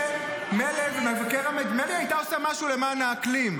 מילא היא הייתה עושה משהו למען האקלים,